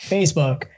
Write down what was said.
Facebook